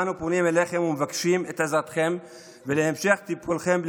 אנו פונים אליכם ומבקשים את עזרתכם ואת המשך טיפולכם.